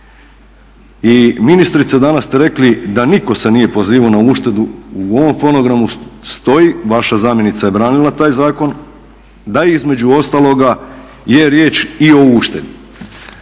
i ministrice danas ste rekli da se nitko nije pozivao na uštedu. U ovom fonogramu stoji vaša zamjenica je branila taj zakon, da između ostaloga je riječ i o uštedi.